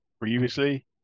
previously